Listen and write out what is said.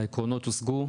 העקרונות הושגו.